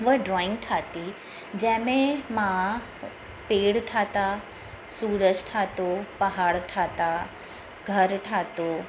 उहा ड्रॉइंग ठाही जंहिंमें मां पेड़ ठाहिया सूरज ठाहियो पहाड़ ठाहिया घरु ठाहियो